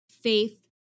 faith